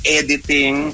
editing